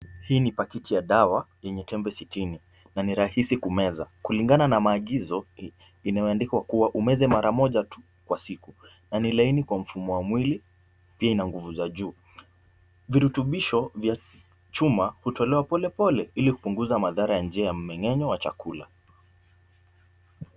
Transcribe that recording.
Hii ni pakiti ya dawa, yenye tembe sitini na ni rahisi kumeza. Kulingana na maagizo, inaandikwa kuwa umeze mara moja tu kwa siku na ni laini kwa mfumo wa mwili, pia ina nguvu za juu. Virutubisho vya chuma hutolewa polepole ili kupunguza madhara ya njia ya mmeng'enyo wa chakula.